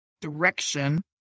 direction